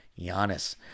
Giannis